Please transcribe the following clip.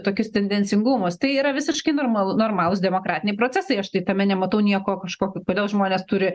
tokius tendencingumus tai yra visiškai normalu normalūs demokratiniai procesai aš tai tame nematau nieko kažkokio kodėl žmonės turi